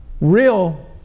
real